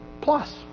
Plus